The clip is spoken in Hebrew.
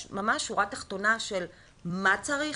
יש ממש שורה תחתונה של מה צריך,